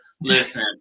listen